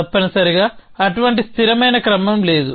తప్పనిసరిగా అటువంటి స్థిరమైన క్రమం లేదు